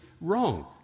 wrong